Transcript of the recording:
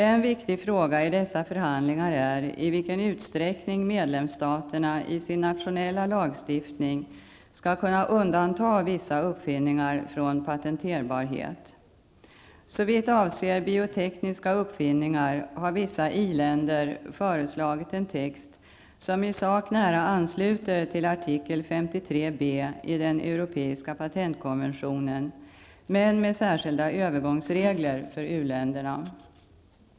En viktig fråga i dessa förhandlingar är i vilken utsträckning medlemsstaterna i sin nationella lagstiftning skall kunna undanta vissa uppfinningar från patenterbarhet. Såvitt avser biotekniska uppfinningar har vissa i-länder föreslagit en text som i sak nära ansluter till artikel 53 b) i den europeiska patentkonventionen med särskilda övergångsregler för u-länderna.